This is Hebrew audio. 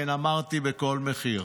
כן, אמרתי "בכל מחיר".